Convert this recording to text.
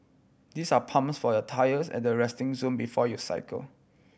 these are pumps for your tyres at the resting zone before you cycle